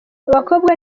abakobwa